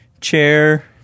chair